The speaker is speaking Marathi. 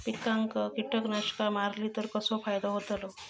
पिकांक कीटकनाशका मारली तर कसो फायदो होतलो?